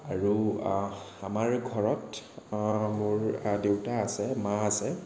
আৰু আমাৰ ঘৰত মোৰ দেউতা আছে মা আছে